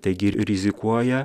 taigi rizikuoja